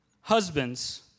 Husbands